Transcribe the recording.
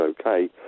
okay